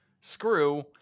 screw